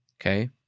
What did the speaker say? okay